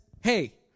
hey